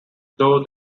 though